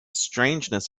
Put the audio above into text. strangeness